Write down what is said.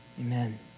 Amen